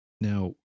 Now